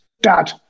dad